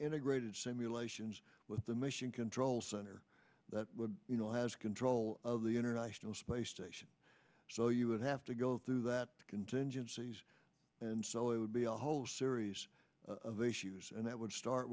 integrated simulations with the mission control center that would you know has control of the international space station so you would have to go through that contingencies and so it would be a whole series of issues and that would start